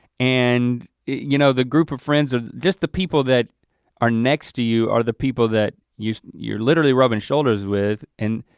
and you know, the group of friends, just the people that are next to you are the people that you're you're literally rubbing shoulders with and,